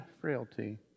frailty